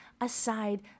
aside